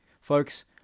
Folks